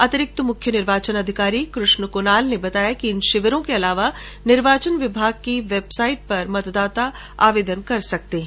अतिरिक्त मुख्य निर्वाचन अधिकारी कृष्ण कृणाल ने बताया कि इन शिविरों के अलावा निर्वाचन विभाग की वेबसाइट ऑनलाइन पोर्टल पर भी मतदाता आवेदन कर सकते है